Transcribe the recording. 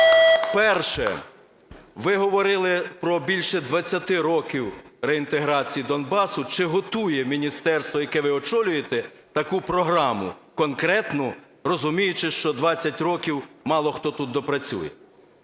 Перше. Ви говорили про більше 20 років реінтеграції Донбасу. Чи готує міністерство, яке ви очолюєте, таку програму конкретну, розуміючи, що 20 років мало хто тут допрацює